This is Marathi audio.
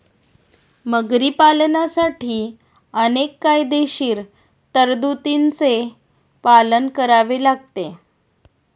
मगरी पालनासाठी अनेक कायदेशीर तरतुदींचे पालन करावे लागते